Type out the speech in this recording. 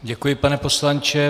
Děkuji, pane poslanče.